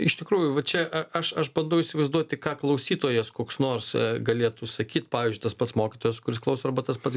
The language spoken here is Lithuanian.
iš tikrųjų va čia a aš aš bandau įsivaizduoti ką klausytojas koks nors galėtų sakyt pavyzdžiui tas pats mokytojas kuris klauso arba tas pats